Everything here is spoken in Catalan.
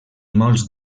molts